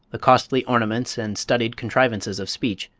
the costly ornaments and studied contrivances of speech,